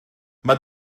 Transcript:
mae